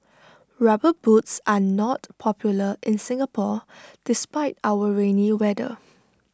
rubber boots are not popular in Singapore despite our rainy weather